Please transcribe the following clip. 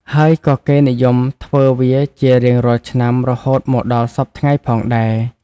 ហើយក៏គេនិយមធ្វើវាជារៀងរាល់ឆ្នាំរហូតមកដល់សព្វថ្ងៃផងដែរ។